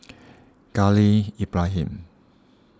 Khalil Ibrahim